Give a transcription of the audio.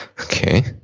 Okay